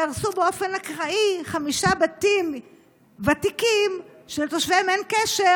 יהרסו באופן אקראי חמישה בתים ותיקים שלתושביהם אין קשר,